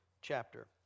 chapter